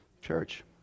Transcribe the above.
church